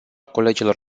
colegilor